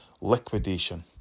liquidation